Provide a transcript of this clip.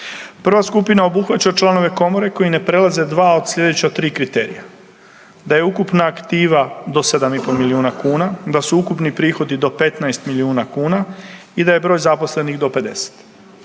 Prva skupina obuhvaća članove komore koji ne prelaze dva od sljedeća tri kriterija, da je ukupna aktiva do 7,5 milijuna kuna, da su ukupni prihodi do 15 milijuna kuna i da je broj zaposlenih do 50.